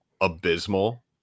abysmal